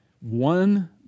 one